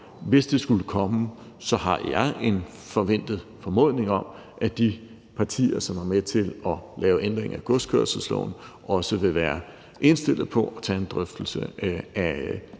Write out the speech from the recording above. Hvis det skulle komme, har jeg en forventet formodning om, at de partier, som var med til at lave ændringer i godskørselsloven, også vil være indstillet på at tage en drøftelse af